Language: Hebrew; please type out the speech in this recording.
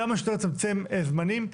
כמה שיותר לצמצם זמנים.